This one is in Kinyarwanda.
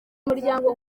muryango